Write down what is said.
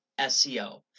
SEO